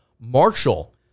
Marshall